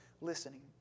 listening